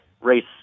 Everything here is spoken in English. race